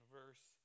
verse